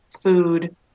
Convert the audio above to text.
food